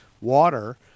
water